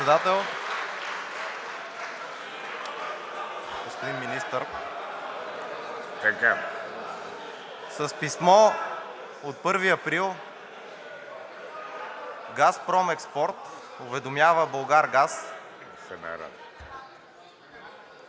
С писмо от 1 април „Газпром Експорт“ уведомява „Булгаргаз“